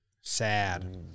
Sad